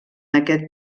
aquest